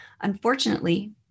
Unfortunately